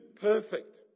perfect